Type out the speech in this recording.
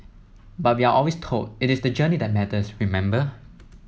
but we are always told it is the journey that matters remember